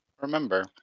remember